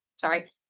sorry